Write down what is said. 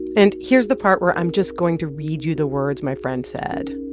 and here's the part where i'm just going to read you the words my friend said.